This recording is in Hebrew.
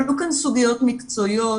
עלו כאן סוגיות מקצועיות,